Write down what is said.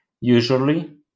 usually